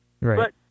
Right